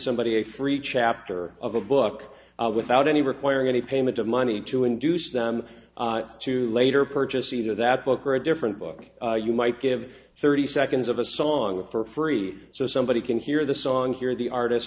somebody a free chapter of a book without any requiring any payment of money to induce them to later purchase either that book or a different book you might give thirty seconds of a song for free so somebody can hear the song hear the artist